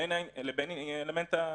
לבין אלמנט ההתיישנות.